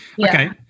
Okay